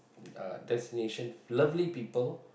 uh destination lovely people